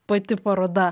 pati paroda